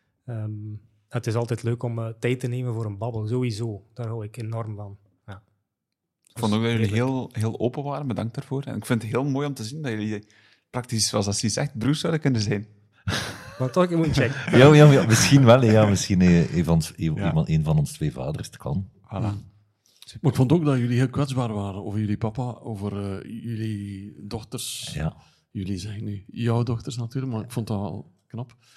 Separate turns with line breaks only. Ehm, het is altijd leuk om, eh, tijd te nemen voor een babbel, sowieso. Daar hou ik enorm van. Ja.
Ik vond ook
Dus
dat jullie
eigenlijk-
heel- heel open waren. Bedankt daarvoor. En ik vind het heel mooi om te zien dat jullie praktisch, zoals dat Sis zegt, broers zouden kunnen zijn.
Maar toch, je moet checken.
Ja, ja, ja, misschien wel, hè. Ja, misschien, eh, een van s- een-
Ja.
iemand- een van ons twee vaders, het kan.
Voilà.
Maar ik vond ook dat jullie heel kwetsbaar waren over jullie papa, over, eh, jullie dochters.
Ja.
Jullie zeggen nu jouw dochters natuurlijk, maar ik vond dat wel knap.